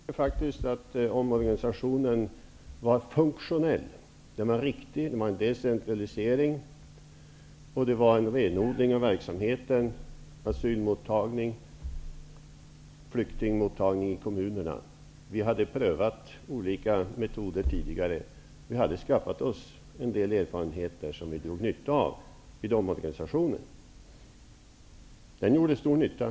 Herr talman! Jag tycker faktiskt att omorganisationen var funktionell. Den var riktig. Det var fråga om en decentralisering och en renodling av verksamheten. Det gällde asylmottagningen och flyktingmottagningen i kommunerna. Vi hade prövat olika metoder tidigare och hade skaffat oss en del erfarenheter som var till gagn för oss vid omorganisationen, vilken gjorde stor nytta.